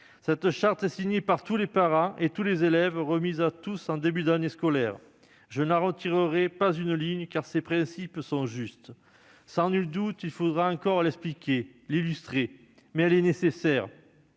Cette charte, signée par l'ensemble des parents et des élèves, est remise à tous en début d'année scolaire. Je n'en retirerais pas une ligne, car ses principes sont justes. Sans nul doute faudra-t-il encore l'expliquer, l'illustrer, mais elle est nécessaire.